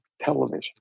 television